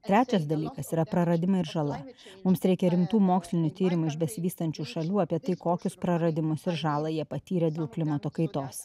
trečias dalykas yra praradimai ir žala mums reikia rimtų mokslinių tyrimų iš besivystančių šalių apie tai kokius praradimus ir žalą jie patyrė dėl klimato kaitos